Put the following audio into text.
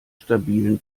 stabilen